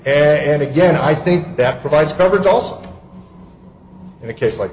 and again i think that provides coverage also in a case like